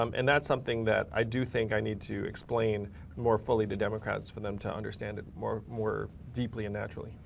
um and that's something that i do think i need to explain more fully to democrats for them to understand more more deeply and naturally.